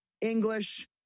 English